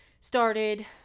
started